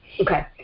Okay